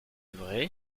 vrai